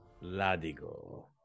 ladigo